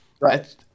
Right